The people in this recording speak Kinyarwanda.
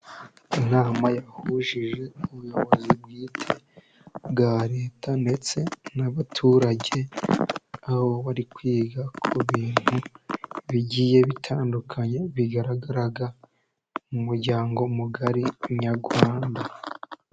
Inama yahujije n'ubuyobozi bwite bwa Leta, ndetse n'abaturage, aho bari kwiga ku bintu bigiye bitandukanye, bigaragara mu muryango mugari nyarwanda.